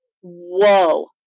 Whoa